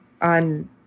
on